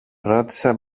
ρώτησε